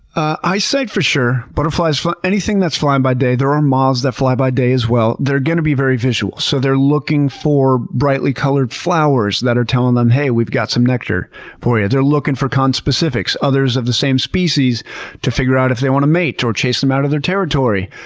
eyesight for sure. butterflies, anything that's flying by day. there are moths that fly by day as well. they're going to be very visual, so they're looking for brightly colored flowers that are telling them, hey, we've got some nectar for you. yeah they're looking for conspecifics, others of the same species to figure out if they want a mate or chase them out of their territory.